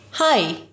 Hi